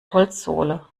holzsohle